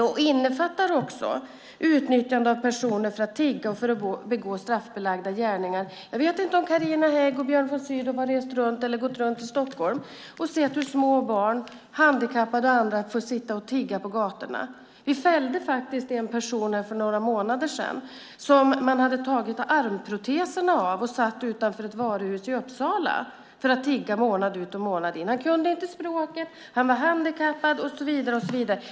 Det innefattar också utnyttjande av personer för att de ska tigga och begå straffbelagda gärningar. Jag vet inte om Carina Hägg och Björn von Sydow har gått runt i Stockholm och sett hur små barn, handikappade och andra får sitta och tigga på gatorna. En person fälldes faktiskt för några månader sedan. Det gällde en man som man hade tagit armproteserna från och som satt utanför ett varuhus i Uppsala för att tigga månad ut och månad in. Han kunde inte språket, han var handikappad och så vidare.